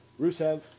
Rusev